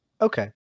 Okay